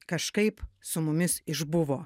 kažkaip su mumis išbuvo